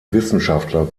wissenschaftler